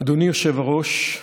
יושב-הראש,